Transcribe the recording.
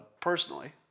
personally